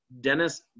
dennis